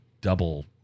double